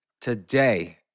today